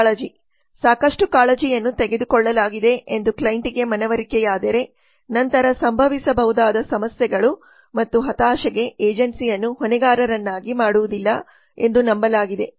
ಕಾಳಜಿಸಾಕಷ್ಟು ಕಾಳಜಿಯನ್ನು ತೆಗೆದುಕೊಳ್ಳಲಾಗಿದೆ ಎಂದು ಕ್ಲೈಂಟ್ಗೆ ಮನವರಿಕೆಯಾದರೆ ನಂತರ ಸಂಭವಿಸಬಹುದಾದ ಸಮಸ್ಯೆಗಳು ಮತ್ತು ಹತಾಶೆಗೆ ಏಜೆನ್ಸಿಯನ್ನು ಹೊಣೆಗಾರರನ್ನಾಗಿ ಮಾಡುವುದಿಲ್ಲ ಎಂದು ನಂಬಲಾಗಿದೆ